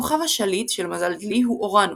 הכוכב השליט של מזל דלי הוא אורנוס,